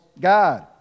God